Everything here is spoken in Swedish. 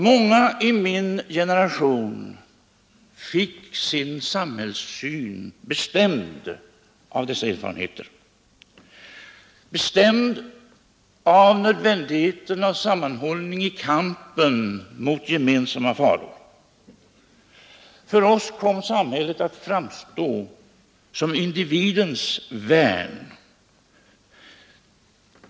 Många i min generation fick sin samhällssyn bestämd av dessa erfarenheter: bestämd av nödvändigheten av sammanhållning i kampen mot gemensamma faror. För oss kom samhället att framstå som individens värn.